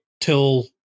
till